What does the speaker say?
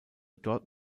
dort